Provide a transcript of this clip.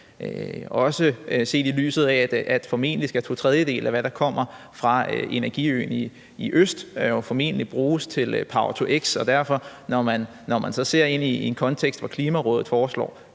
også set i lyset af, at to tredjedele af, hvad der kommer fra energiøen i øst, formentlig skal bruges til power-to-x, og når man ser ind i en kontekst, hvor Klimarådet foreslår